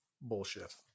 bullshit